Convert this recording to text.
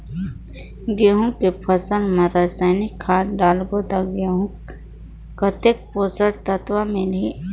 गंहू के फसल मा रसायनिक खाद डालबो ता गंहू कतेक पोषक तत्व मिलही?